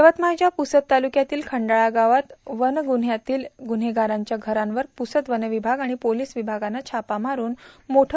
यवतमाळव्या पुसद तालुक्यातील खंडाळा गावात वनगुव्ह्यातील गुव्हेगारांच्या घरांवर पुसद वनविभाग आणि पोलीस विभागानं छापा मारून मोठं सर्च ऑपरेशन राबविलं